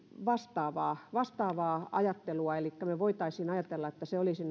vastaavaa vastaavaa ajattelua elikkä me voisimme ajatella että se olisi